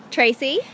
Tracy